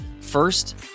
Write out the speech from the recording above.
First